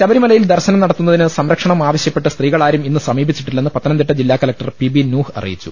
ശബരിമലയിൽ ദർശനം നടത്തുന്നതിന് സംരക്ഷണം ആവ ശ്യപ്പെട്ട് സ്ത്രീകളാരും ഇന്ന് സമീപിച്ചിട്ടില്ലെന്ന് പത്തനംതിട്ട ജില്ലാ കലക്ടർ പി ബി നൂഹ് അറിയിച്ചു